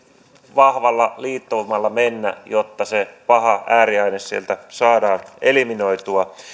vahvalla liittoumalla mennä jotta se paha ääriaines sieltä saadaan eliminoitua